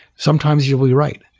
sometimes you'll be right.